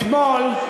אתמול,